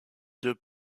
deux